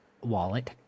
wallet